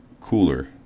cooler